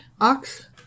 Ox